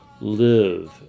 live